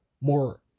more